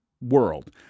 world